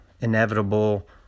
inevitable